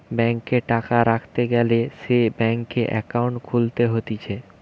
ব্যাংকে টাকা রাখতে গ্যালে সে ব্যাংকে একাউন্ট খুলতে হতিছে